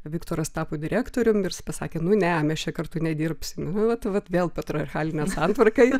viktoras tapo direktorium ir jisai pasakė nu ne mes čia kartu nedirbsim nu vat vat vėl patriarchalinė santvarka